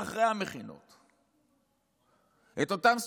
ואחרי המכינות את אותם סטודנטים,